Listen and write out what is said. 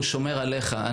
הוא שומר עליך.